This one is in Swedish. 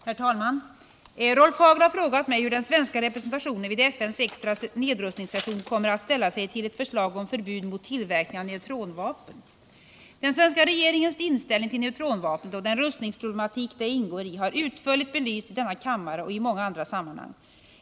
Herr talman! Rolf Hagel har frågat mig hur den svenska representationen vid FN:s extra nedrustningssession kommer att ställa sig till ett förslag om förbud mot tillverkning av neutronvapen. Den svenska regeringens inställning till neutronvapnet och den rustningsproblematik det ingår i har utförligt belysts i denna kammare och i många andra sammanhang.